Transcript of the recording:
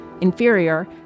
Inferior